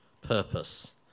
purpose